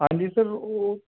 ਹਾਂਜੀ ਸਰ ਉਹ